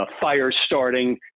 fire-starting